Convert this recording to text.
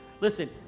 Listen